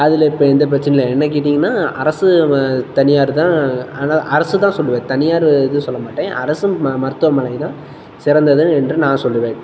அதில் இப்போ எந்தப் பிரச்சனையும் இல்லை என்ன கேட்டீங்கன்னா அரசு தனியார் தான் அர அரசு தான் சொல்வேன் தனியார் இது சொல்ல மாட்டேன் அரசும் ம மருத்துவமனை தான் சிறந்தது என்று நான் சொல்வேன்